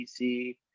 PC